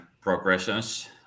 progressions